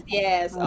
yes